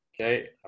okay